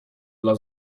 dla